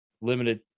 limited